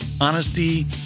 honesty